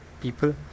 people